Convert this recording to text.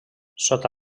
sota